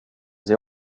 they